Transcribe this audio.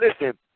listen